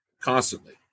constantly